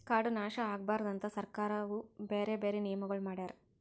ಕಾಡು ನಾಶ ಆಗಬಾರದು ಅಂತ್ ಸರ್ಕಾರವು ಬ್ಯಾರೆ ಬ್ಯಾರೆ ನಿಯಮಗೊಳ್ ಮಾಡ್ಯಾರ್